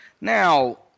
Now